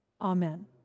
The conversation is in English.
Amen